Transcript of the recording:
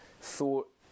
thought